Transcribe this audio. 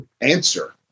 answer